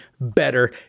better